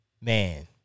Man